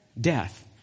Death